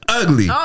ugly